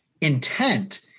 intent